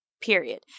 period